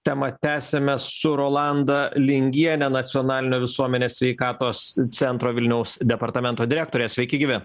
temą tęsiame su rolanda lingiene nacionalinio visuomenės sveikatos centro vilniaus departamento direktore sveiki gyvi